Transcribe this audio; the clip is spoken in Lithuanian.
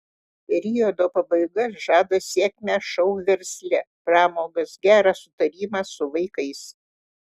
periodo pabaiga žada sėkmę šou versle pramogas gerą sutarimą su vaikais